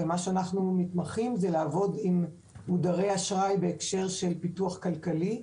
ואנחנו מתמחים בלעבוד עם מודרי אשראי בהקשר של פיתוח כלכלי.